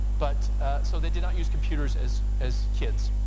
but so they did not use computers as as kids.